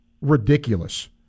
ridiculous